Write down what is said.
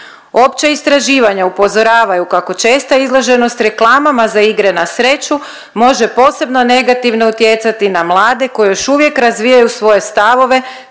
Opća istraživanja upozoravaju kako česta izloženost reklamama za igre na sreću može posebno negativno utjecati na mlade koji još uvijek razvijaju svoje stavove